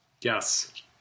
Yes